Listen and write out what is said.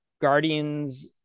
Guardians